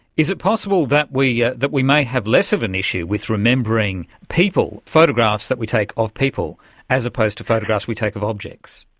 is it possible that we yeah that we may have less of an issue with remembering people, photographs that we take of people as opposed to photographs we take of objects?